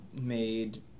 made